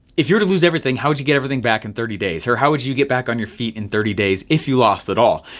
if you were to lose everything, how would you get everything back in thirty days? or how would you get back on your feet in thirty days if you lost it all?